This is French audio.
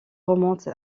remonte